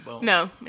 No